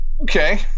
Okay